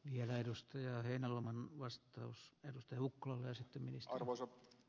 jan edustaja heinäluoman vastaus tiedustelukone jatkossakin